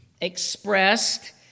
Expressed